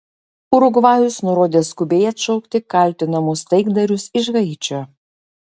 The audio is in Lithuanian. urugvajus nurodė skubiai atšaukti kaltinamus taikdarius iš haičio